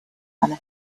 and